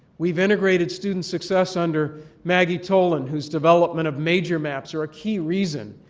we've integrated student success under maggie tolan whose development of major maps are a key reason